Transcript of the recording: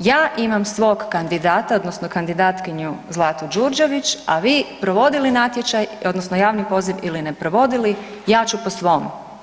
ja imam svog kandidata, odnosno kandidatkinju Zlatu Đurđević a vi provodili natječaj, odnosno javni poziv ili ne provodili ja ću po svom.